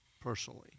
personally